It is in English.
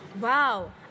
Wow